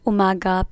Umaga